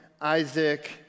Isaac